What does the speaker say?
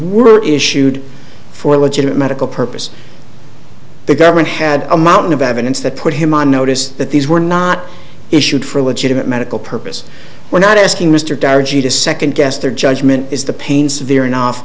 were issued for legitimate medical purposes the government had a mountain of evidence that put him on notice that these were not issued for a legitimate medical purpose we're not asking mr dyer gee to second guess their judgment is the pain severe enough